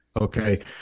Okay